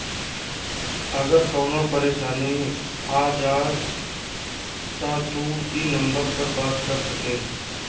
अगर कवनो परेशानी आ जाव त तू ई नम्बर पर बात कर सकेल